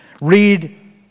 Read